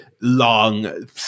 long